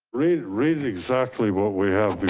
read read it exactly what we have